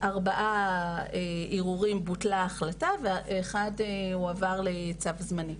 ארבעה ערעורים בוטלה ההחלטה וערעור אחד הועבר לצו זמני.